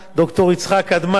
ד"ר יצחק קדמן,